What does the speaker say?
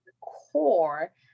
core